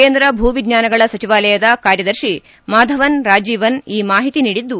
ಕೇಂದ್ರ ಭೂ ವಿಜ್ಞಾನಗಳ ಸಚಿವಾಲಯದ ಕಾರ್ಯದರ್ತಿ ಮಾಧವನ್ ರಾಜೀವನ್ ಈ ಮಾಹಿತಿ ನೀಡಿದ್ದು